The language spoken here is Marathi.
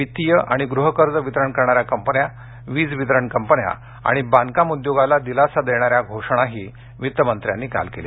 वित्तीय आणि गृहकर्ज वितरण करणाऱ्या कंपन्या वीज वितरण कंपन्या आणि बांधकाम उद्योगाला दिलासा देणाऱ्या घोषणाही वित्तमंत्र्यांनी काल केल्या